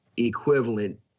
Equivalent